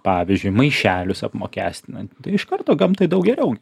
pavyzdžiui maišelius apmokestinant iš karto gamtai daug geriau